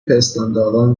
پستانداران